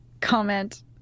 comment